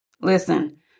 Listen